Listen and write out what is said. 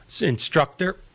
instructor